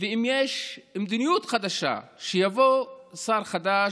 ואם יש מדיניות חדשה ויבוא שר חדש,